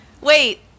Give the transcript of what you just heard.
Wait